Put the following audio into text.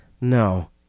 No